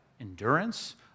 endurance